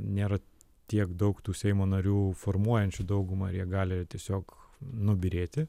nėra tiek daug tų seimo narių formuojančių daugumą ir jie gali tiesiog nubyrėti